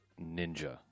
Ninja